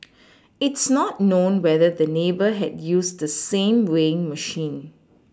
it's not known whether the neighbour had used the same weighing machine